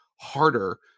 harder